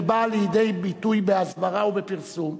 שבאה לידי ביטוי בהסברה ובפרסום,